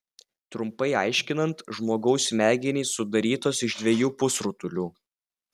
trumpai aiškinant žmogaus smegenys sudarytos iš dviejų pusrutulių